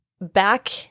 back